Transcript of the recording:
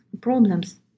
problems